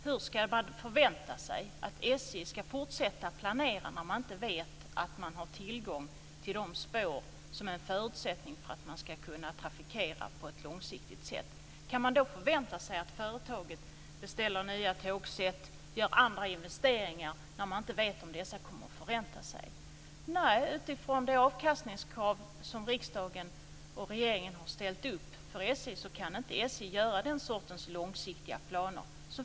Går det att förvänta sig att SJ ska fortsätta att planera när man inte vet om man har tillgång till de spår som är en förutsättning för en långsiktig trafik? Går det då att förvänta sig att företaget ska beställa nya tågset och göra andra investeringar när man inte vet om dessa ska förränta sig? Utifrån det avkastningskrav som riksdagen och regeringen har ställt upp för SJ kan SJ inte göra den sortens långsiktiga planer.